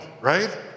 right